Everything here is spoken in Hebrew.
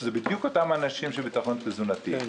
שזה בדיוק אותם אנשים של ביטחון תזונתי.